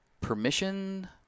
permission